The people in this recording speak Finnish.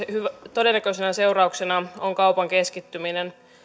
todennäköisenä seurauksena on kaupan keskittyminen